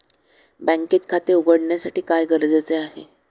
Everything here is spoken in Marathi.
बँकेत खाते उघडण्यासाठी काय गरजेचे आहे?